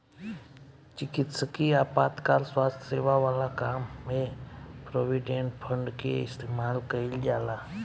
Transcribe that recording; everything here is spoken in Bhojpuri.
चिकित्सकीय आपातकाल स्वास्थ्य सेवा वाला काम में प्रोविडेंट फंड के इस्तेमाल कईल जाला